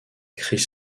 chris